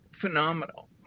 phenomenal